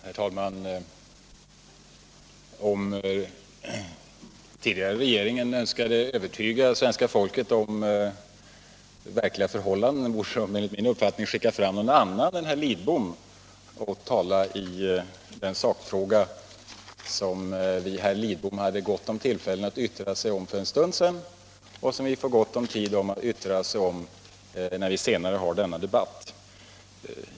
Herr talman! Om den tidigare regeringen önskade övertyga svenska folket om de verkliga förhållandena borde den enligt min uppfattning ha skickat fram någon annan än herr Lidbom för att tala i den sakfråga som herr Lidbom hade goda tillfällen att yttra sig om för en stund sedan och som han får gott om tid att yttra sig om när vi senare för den debatten.